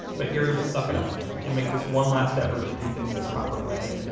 but here he will suck it up and make this one last effort to do things the proper way,